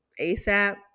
ASAP